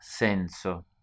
senso